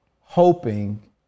hoping